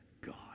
God